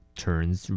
turns